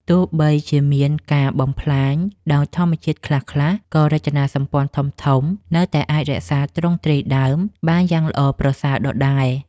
ទោះបីជាមានការបំផ្លាញដោយធម្មជាតិខ្លះៗ ក៏រចនាសម្ព័ន្ធធំៗនៅតែអាចរក្សាទ្រង់ទ្រាយដើមបានយ៉ាងល្អប្រសើរដដែល។